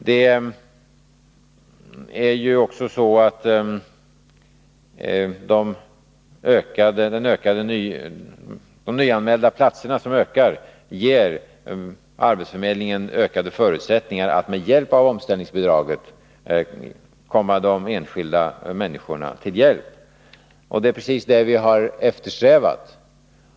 De nyanmälda platserna, som ökar, ger arbetsförmedlingen ökade förutsättningar att genom omställningsbidraget komma de enskilda människorna till hjälp. Det är precis det vi har eftersträvat.